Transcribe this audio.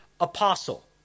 apostle